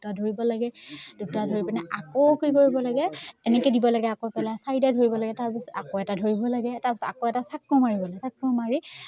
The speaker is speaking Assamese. দুটা ধৰিব লাগে দুটা ধৰি পিনে আকৌ কি কৰিব লাগে এনেকৈ দিব লাগে আকৌ পেলাই চাৰিটাই ধৰিব লাগে তাৰ পিছত আকৌ এটা ধৰিব লাগে তাৰ পিছত আকৌ এটা চাকু মাৰিব লাগে চাকু মাৰি